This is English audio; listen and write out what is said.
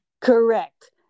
Correct